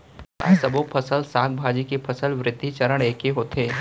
का सबो फसल, साग भाजी के फसल वृद्धि चरण ऐके होथे?